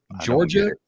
Georgia